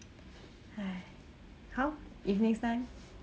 !aiya! how if next time